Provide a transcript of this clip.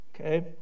okay